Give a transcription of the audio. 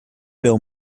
bill